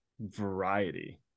variety